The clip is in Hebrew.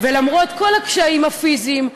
שלמרות כל הקשיים הפיזיים,